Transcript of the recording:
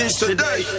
Today